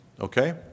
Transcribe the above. Okay